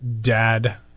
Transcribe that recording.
dad